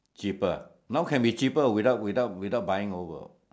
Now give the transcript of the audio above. cheaper now can be cheaper without without without buying over